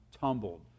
tumbled